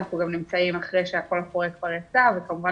אנחנו גם נמצאים אחרי שכל הפרויקט כבר יצא וכמובן